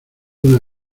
una